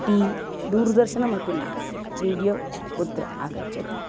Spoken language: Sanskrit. टि दूरदर्शनमपि नास्ति वीडियो कुत्र आगच्छति